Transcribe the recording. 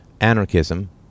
anarchism